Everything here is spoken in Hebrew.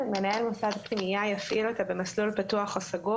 (ג) מנהל מוסד פנימייה יפעיל אותה במסלול פתוח או סגור